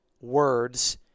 words